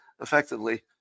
effectively